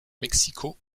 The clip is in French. mexico